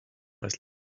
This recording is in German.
als